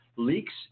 Leaks